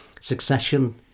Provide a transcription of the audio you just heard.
Succession